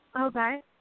Okay